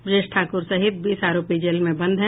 ब्रजेश ठाकुर सहित बीस आरोपी जेल में बंद है